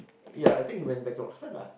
ya I think he went back to Oxford lah